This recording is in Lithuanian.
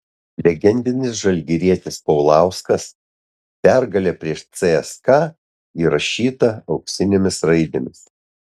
legendinis žalgirietis paulauskas pergalė prieš cska įrašyta auksinėmis raidėmis